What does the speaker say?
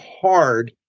hard